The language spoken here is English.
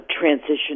transition